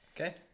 okay